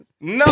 No